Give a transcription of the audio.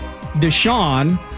Deshaun